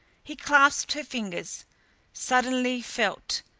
he clasped her fingers suddenly felt,